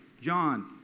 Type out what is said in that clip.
John